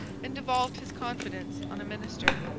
and devolved his confidence on a minister,